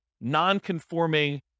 non-conforming